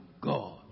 God